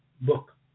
book